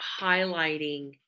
highlighting